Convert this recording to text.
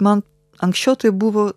man anksčiau tai buvo